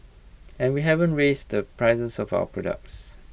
and we haven't raise the prices of our products